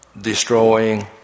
destroying